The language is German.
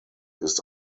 ist